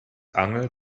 angeln